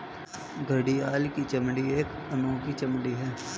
घड़ियाल की चमड़ी एक अनोखी चमड़ी है